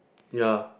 ya